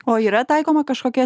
o yra taikoma kažkokia